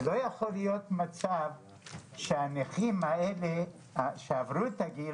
לא יכול להיות מצב שהנכים האלה שעברו את הגיל